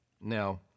Now